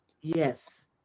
Yes